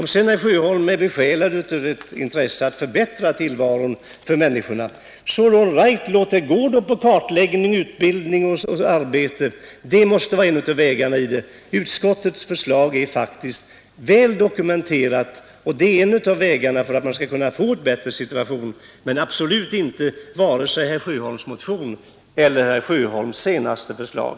Om sedan herr Sjöholm är besjälad av ett intresse av att förbättra tillvaron för människorna, så arbeta då för kartläggning, utbildning och arbete — det måste vara vägarna. Utskottets förslag är faktiskt väl dokumenterat. Det anger en av vägarna att åstadkomma en bättre situation, men det gör absolut inte vare sig herr förslag.